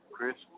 Chris